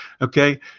okay